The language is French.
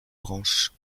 branche